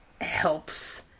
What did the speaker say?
helps